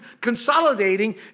consolidating